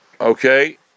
Okay